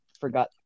forgot